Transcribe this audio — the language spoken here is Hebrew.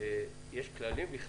יש כללים?